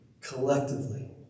collectively